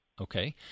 Okay